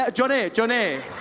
ah johnny, johnny!